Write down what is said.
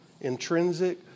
intrinsic